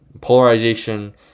polarization